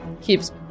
keeps